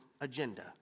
agenda